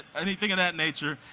anything of that nature,